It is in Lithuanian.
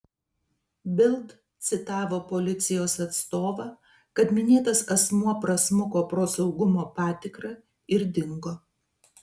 bild citavo policijos atstovą kad minėtas asmuo prasmuko pro saugumo patikrą ir dingo